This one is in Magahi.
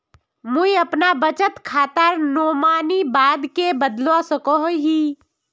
मुई अपना बचत खातार नोमानी बाद के बदलवा सकोहो ही?